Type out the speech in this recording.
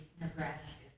Nebraska